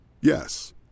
Yes